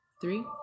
three